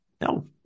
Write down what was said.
No